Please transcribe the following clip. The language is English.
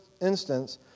instance